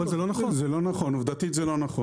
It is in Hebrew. זה לא נכון, עובדתית זה לא נכון.